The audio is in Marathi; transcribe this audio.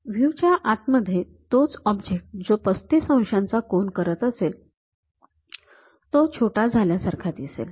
व्ह्यू च्या आतमध्ये तोच ऑब्जेक्ट जो ३५ अंशांचा कोन करत असेल तो छोटा झाल्यासारखा दिसेल